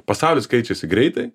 pasaulis keičiasi greitai